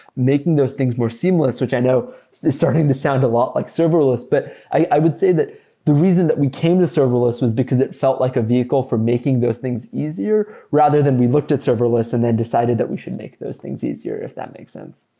making those things more seamless, which i know is starting to sound a lot like serverless, but i would say that the reason that we came to serverless was because it felt like a vehicle for making those things easier rather than we looked at serverless and then decided that we should make those things easier, if that makes sense